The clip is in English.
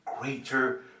greater